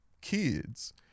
kids